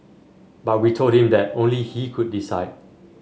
but we told him that only he could decide